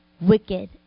Wicked